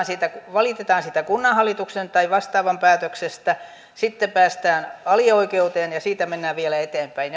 valitetaan kunnanhallituksen tai vastaavan päätöksestä sitten päästään alioikeuteen ja siitä mennään vielä eteenpäin